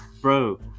bro